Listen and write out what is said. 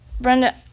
Brenda